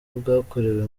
bwakorewe